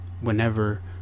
Whenever